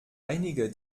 einige